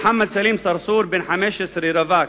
מוחמד סלים צרצור, בן 15, רווק,